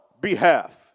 behalf